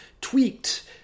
tweaked